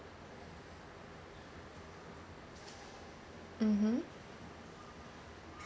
mmhmm